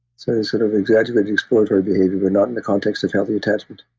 so they sort of exaggerate the exploratory behavior, but not in the context of healthy attachment.